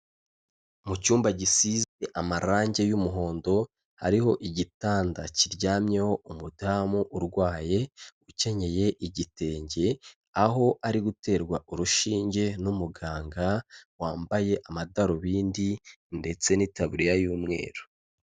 Mu cyumba gisize amarangi y'umuhondo, hariho igitanda kiryamyeho umudamu urwaye ukenyeye igitenge, aho ari guterwa urushinge n'umuganga wambaye amadarubindi ndetse n'itaburiya y'umweru.